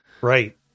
right